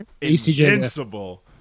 invincible